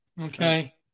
Okay